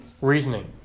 reasoning